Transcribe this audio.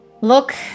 Look